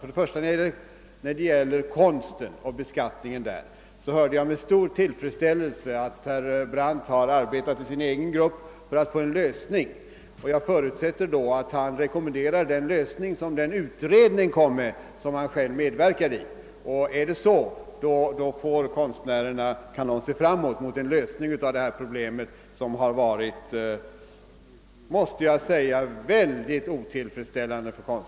När det för det första gäller beskattningen av konst hörde jag med stor tillfredsställelse att herr Brandt har arbetat i sin egen grupp för att uppnå en lösning och jag förutsätter då att han rekommenderar det förslag som framlagts av den utredning som han själv medverkade i. är det så kan konstnärerna se fram emot en lösning av det här problemet, som jag måste säga har varit mycket svårt för dem.